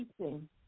teaching